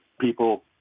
people